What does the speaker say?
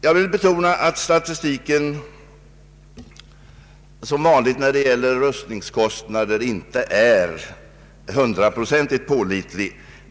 Jag vill betona att statistiken som vanligt när det gäller rustningskostnader inte är hundraprocentigt pålitlig.